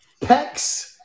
pecs